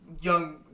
young